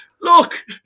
look